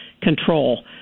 control